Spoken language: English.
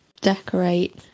decorate